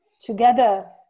together